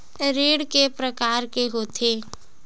ऋण के प्रकार के होथे?